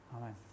Amen